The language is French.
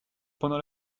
pendant